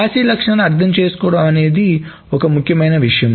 acid లక్షణాలను అర్థం చేసుకోవడం అనేది ఒక ముఖ్యమైన విషయం